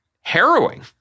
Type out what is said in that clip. harrowing